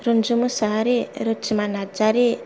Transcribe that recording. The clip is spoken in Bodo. रुन्जु मोसाहारि रुथिमा नारजारि